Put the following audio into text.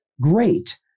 Great